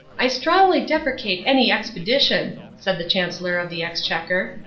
i strongly deprecate any expedition, said the chancellor of the exchequer,